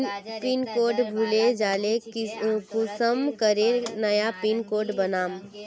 Pin code भूले जाले कुंसम करे नया पिन कोड बनाम?